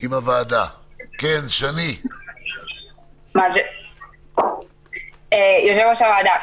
יושב-ראש הוועדה,